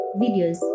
videos